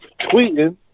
tweeting